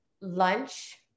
lunch